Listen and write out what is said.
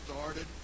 started